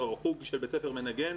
חוג של "בית ספר מנגן",